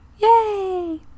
Yay